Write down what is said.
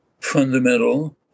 fundamental